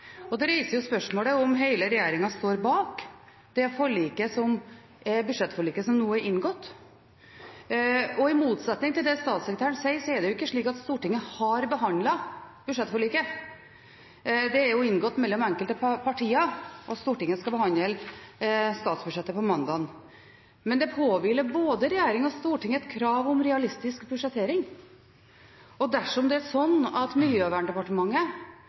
Det reiser spørsmålet om hele regjeringen står bak det budsjettforliket som nå er inngått. I motsetning til det statssekretæren sier, er det ikke slik at Stortinget har behandlet budsjettforliket. Det er inngått mellom enkelte partier, og Stortinget skal behandle statsbudsjettet på mandag. Men det påhviler både regjering og storting et krav om realistisk budsjettering, og dersom det er slik at Miljøverndepartementet